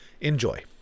enjoy